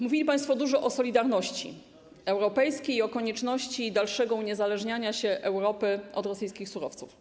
Mówili państwo dużo o solidarności europejskiej i o konieczności dalszego uniezależniania się Europy od rosyjskich surowców.